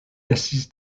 estis